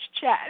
chat